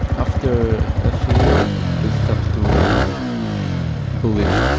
after half a year, i stop to believe.